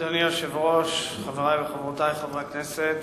אדוני היושב-ראש, חברי וחברותי חברי הכנסת,